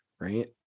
right